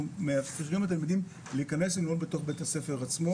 מאפשרים לתלמידים להיכנס וללמוד בתוך בית הספר עצמו.